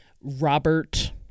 Robert